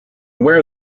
aware